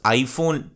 iPhone